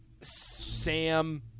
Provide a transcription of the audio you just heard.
Sam